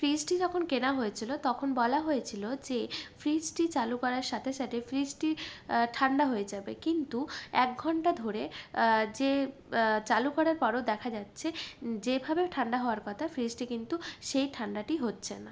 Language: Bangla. ফ্রিজটি যখন কেনা হয়েছিলো তখন বলা হয়েছিলো যে ফ্রিজটি চালু করার সাথে সাথে ফ্রিজটি ঠান্ডা হয়ে যাবে কিন্তু এক ঘন্টা ধরে যে চালু করার পরও দেখা যাচ্ছে যেভাবে ঠান্ডা হওয়ার কথা ফ্রিজটি কিন্তু সেই ঠান্ডাটি হচ্ছে না